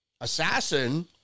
assassin